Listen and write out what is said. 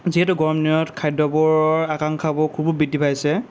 যিহেতু গৰম দিনত খাদ্যবোৰৰ আকাংক্ষাবোৰ খুব বৃদ্ধি পাইছে